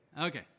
Okay